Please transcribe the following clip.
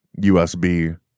USB